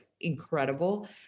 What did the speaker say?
incredible